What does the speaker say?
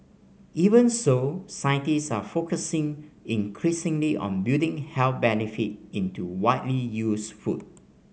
even so scientist are focusing increasingly on building health benefit into widely used food